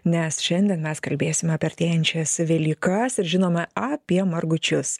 nes šiandien mes kalbėsime apie artėjančias velykas ir žinoma apie margučius